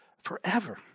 forever